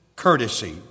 courtesy